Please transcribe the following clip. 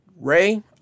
Ray